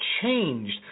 changed